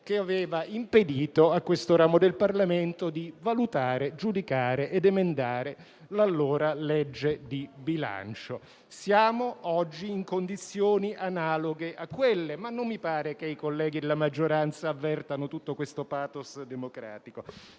che aveva impedito a questo ramo del Parlamento di valutare, giudicare ed emendare l'allora legge di bilancio. Siamo oggi in condizioni analoghe a quelle, ma non mi pare che i colleghi della maggioranza avvertano tutto questo *pathos* democratico.